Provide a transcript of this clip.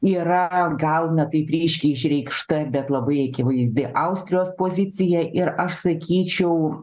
yra gal ne taip ryškiai išreikšta bet labai akivaizdi austrijos pozicija ir aš sakyčiau